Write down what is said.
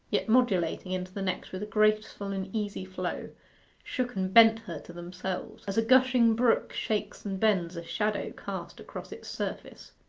yet modulating into the next with a graceful and easy flow shook and bent her to themselves, as a gushing brook shakes and bends a shadow cast across its surface.